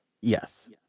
Yes